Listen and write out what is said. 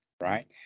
right